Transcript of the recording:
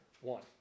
one